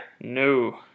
No